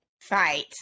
Fight